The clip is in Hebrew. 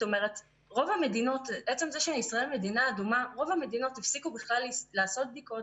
עצם זה שישראל מדינה אדומה רוב המדינות הפסיקו בכלל לעשות בדיקות,